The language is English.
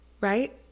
right